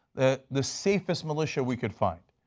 the the safest militia we could find.